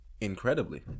incredibly